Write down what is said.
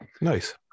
Nice